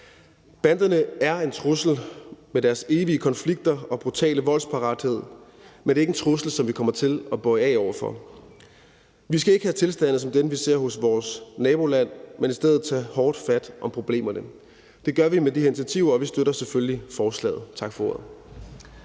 Banderne er en trussel med deres evige konflikter og brutale voldsparathed, men det er ikke en trussel, som vi kommer til at bøje af over for. Vi skal ikke have tilstande som dem, vi ser hos vores naboland, men i stedet tage hårdt fat om problemerne, og det gør vi med de her initiativer. Og vi støtter selvfølgelig forslaget. Tak for ordet.